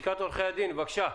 לשכת עורכי הדין, בבקשה.